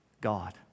God